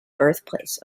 birthplace